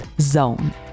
.zone